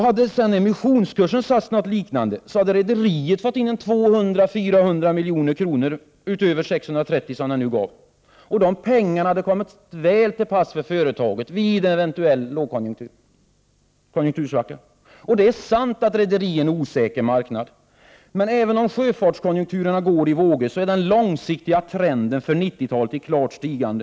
Hade sedan emissionskursen satts till något liknande, hade rederiet fått in 200-400 milj.kr. utöver de 630 miljoner som affären nu gav. De pengarna hade kommit väl till pass i företaget vid en eventuell konjunktursvacka. Det är sant att rederibranschen är en osäker marknad. Men även om sjöfartskonjunkturen går i vågor, är den långsiktiga trenden för 90-talet i klart stigande.